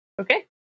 Okay